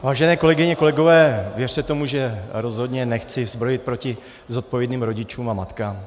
Vážené kolegyně, kolegové, věřte tomu, že rozhodně nechci zbrojit proti zodpovědným rodičům a matkám.